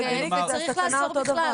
מבחינתי זה לא הגיוני והסכנה היא אותו דבר.